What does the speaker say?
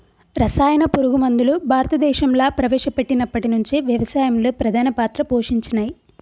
రసాయన పురుగు మందులు భారతదేశంలా ప్రవేశపెట్టినప్పటి నుంచి వ్యవసాయంలో ప్రధాన పాత్ర పోషించినయ్